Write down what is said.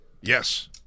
Yes